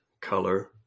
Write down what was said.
color